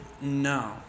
No